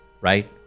right